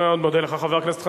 אני מאוד מודה לך, חבר הכנסת חנין.